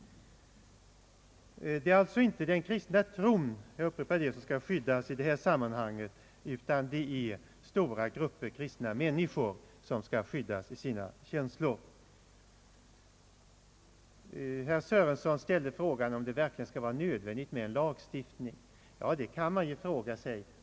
Det är alltså inte den kristna tron — jag upprepar det — som skall skyddas i detta sammanhang, utan det är stora grupper av kristna människor som skall skyddas i sina känslor. Herr Sörenson ställde frågan om det verkligen skall vara nödvändigt med en lagstiftning, Ja, det kan man naturligtvis fråga sig.